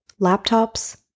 laptops